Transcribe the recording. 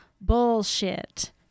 bullshit